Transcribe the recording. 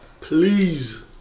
please